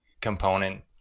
component